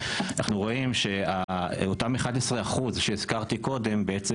אנחנו רואים שאותם 11% שהזכרתי קודם בעצם